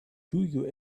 two